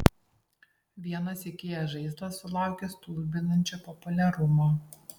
vienas ikea žaislas sulaukė stulbinančio populiarumo